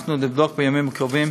אנחנו נבדוק בימים הקרובים.